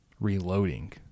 reloading